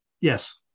Yes